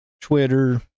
Twitter